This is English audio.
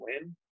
win